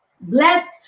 Blessed